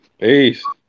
Peace